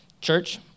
Church